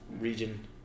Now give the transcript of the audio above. region